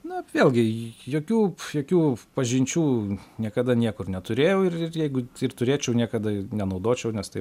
na vėlgi jokių jokių pažinčių niekada niekur neturėjau ir ir jeigu ir turėčiau niekada nenaudočiau nes tai